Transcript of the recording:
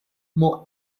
more